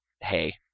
hey